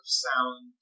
sound